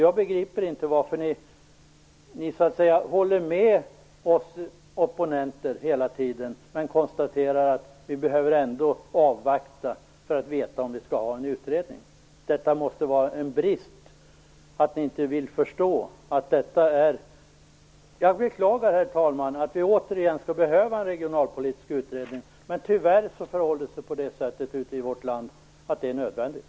Jag begriper inte varför ni hela tiden håller med oss opponenter men ändå konstaterar att vi behöver avvakta för att veta om vi skall ha en utredning. Jag beklagar, herr talman, att vi återigen skall behöva en regionalpolitisk utredning. Men tyvärr förhåller det sig på det sättet i vårt land att det är nödvändigt.